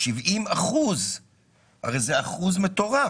אחוז מטורף.